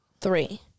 Three